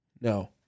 No